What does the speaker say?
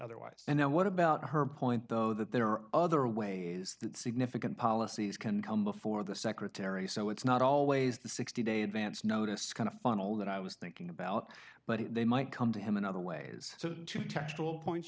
otherwise and now what about her point though that there are other ways that significant policies can come before the secretary so it's not always the sixty day advance notice kind of funnel that i was thinking about but they might come to him in other ways so to textual points